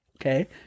okay